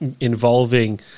involving